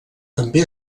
també